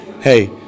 hey